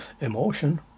emotion